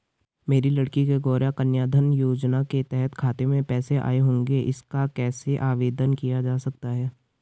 मेरी लड़की के गौंरा कन्याधन योजना के तहत खाते में पैसे आए होंगे इसका कैसे आवेदन किया जा सकता है?